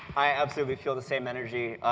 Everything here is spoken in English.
i absolutely feel the same energy,